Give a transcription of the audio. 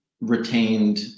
retained